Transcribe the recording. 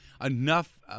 enough